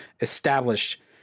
established